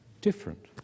different